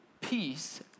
peace